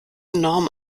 enorm